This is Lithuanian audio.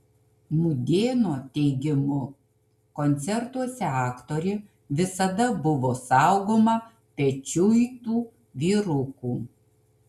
mudėno teigimu koncertuose aktorė visada buvo saugoma pečiuitų vyrukų